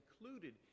included